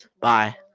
Bye